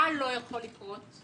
מה לא יכול לקרות?